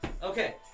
Okay